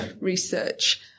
research